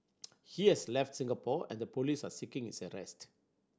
he has left Singapore and the police are seeking his arrest